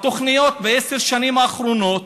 בתוכניות בעשר השנים האחרונות,